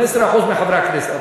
15% מחברי הכנסת.